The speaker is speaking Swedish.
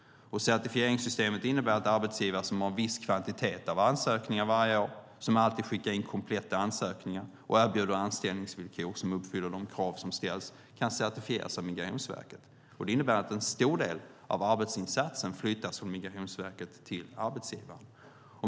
Certifieringssystemet innebär att arbetsgivare som har en viss kvantitet ansökningar varje år, som alltid skickar in kompletta ansökningar och som erbjuder anställningsvillkor som uppfyller de krav som ställs kan certifieras av Migrationsverket. Det betyder att en stor del av arbetsinsatsen flyttas från Migrationsverket till arbetsgivaren.